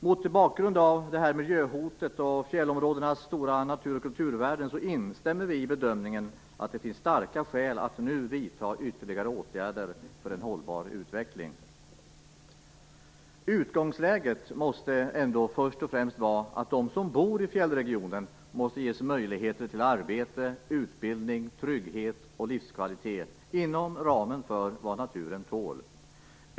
Mot bakgrund av detta miljöhot och fjällområdenas stora natur och kulturvärden instämmer Kristdemokraterna i bedömningen att det finns starka skäl att nu vidta ytterligare åtgärder för en hållbar utveckling. Utgångsläget måste först och främst vara att de som bor i fjällregionen måste ges möjligheter till arbete, utbildning, trygghet och livskvalitet inom ramen för vad naturen tål.